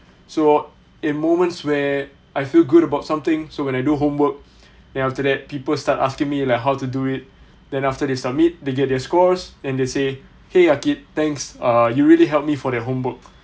so in moments where I feel good about something so when I do homework then after that people start asking me like how to do it then after they submit they get their scores and they say !hey! arkit thanks uh you really help me for that homework